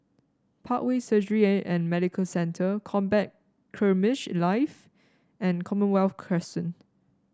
Parkway Surgery and Medical Centre Combat Skirmish Live and Commonwealth Crescent